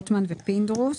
רוטמן ופינדרוס.